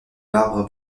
l’arbre